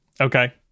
okay